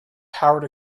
powered